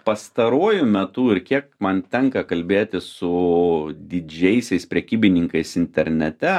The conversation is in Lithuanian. pastaruoju metu ir kiek man tenka kalbėtis su didžiaisiais prekybininkais internete